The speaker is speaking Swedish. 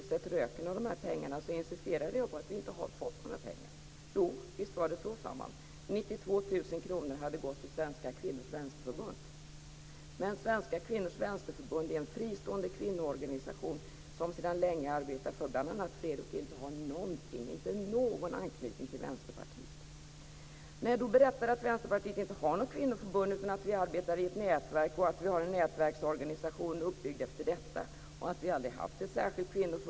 Vi kan var och en i de politiska partierna bedriva ett aktivt och målmedvetet arbete för att komma dithän, men vi kan också göra en del tillsammans mellan de politiska partierna. De regler som i dag styr fördelningen av bidrag till kvinnoorganisationer är omoderna, men de är inte otydliga. Den fördelning som har skett i år till kvinnoorganisationerna är absolut inte godtycklig. Det är fråga om strikt följda regler. Det står i villkoren att organisationerna skall ha minst 1 500 medlemmar för ett halvt stöd, minst 3 000 för ett helt stöd. Hälften av medlemmarna skall vara kvinnor.